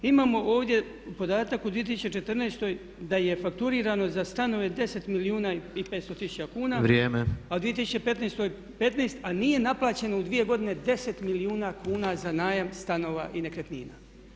Imamo ovdje podatak u 2014.da je fakturirano za stanove 10 milijuna i 500 tisuća kuna [[Upadica Tepeš:Vrijeme]] a u 2015. 15 a nije naplaćeno u 2 godine 10 milijuna kuna za najam stanova i nekretnina.